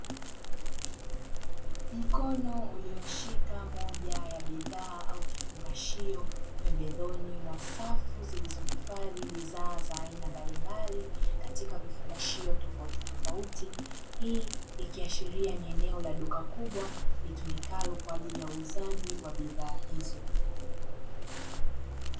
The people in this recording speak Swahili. Mkono ulioshika moja ya bidhaa au kifungashio, pembezoni mwa safu zilizohifadhi bidhaa za aina mbalimbali katika vifungashio tofautitofauti; hii ikiashiria ni eneo la duka kubwa litumikalo kwa ajili ya uuzaji wa bidhaa hizo.